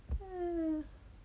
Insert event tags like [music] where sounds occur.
[breath]